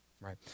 right